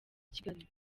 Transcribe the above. kigali